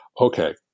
okay